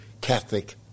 Catholic